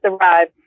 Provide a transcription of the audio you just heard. arrived